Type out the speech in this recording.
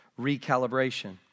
recalibration